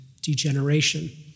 degeneration